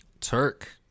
turk